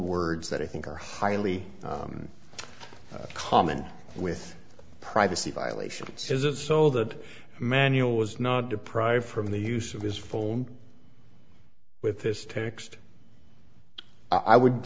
words that i think are highly common with privacy violations is it so that manual was not deprived from the use of his phone with this text i would